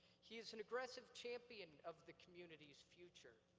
he's an aggressive champion of the community's future.